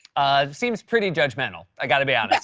um seems pretty judgmental. i got to be honest.